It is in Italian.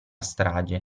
strage